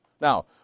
Now